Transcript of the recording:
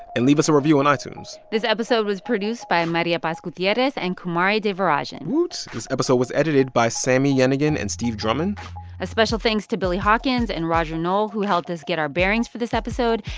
and leave us a review on itunes this episode was produced by maria paz gutierrez and kumari devarajan woot. this episode was edited by sami yenigun and steve drummond a special thanks to billy hawkins and roger noll, who helped us get our bearings for this episode.